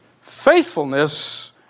Faithfulness